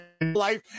life